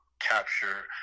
capture